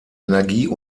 energie